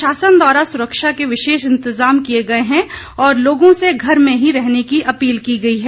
प्रशासन द्वारा सुरक्षा के विशेष इंतजाम किए गए हैं और लोगों से घर में ही रहने की अपील की गई है